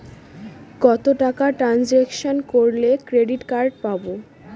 কত টাকা ট্রানজেকশন করলে ক্রেডিট কার্ড পাবো?